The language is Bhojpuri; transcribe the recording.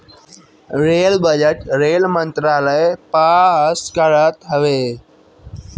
रेल बजट रेल मंत्रालय पास करत हवे